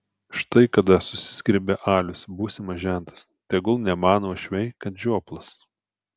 štai kada susigriebia alius būsimas žentas tegul nemano uošviai kad žioplas